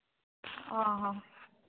ᱚ ᱦᱚᱸ